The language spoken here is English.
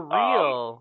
real